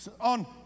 on